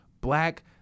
Black